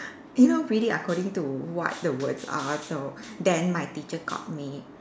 you know read it according to what the words are so then my teacher caught me